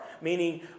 meaning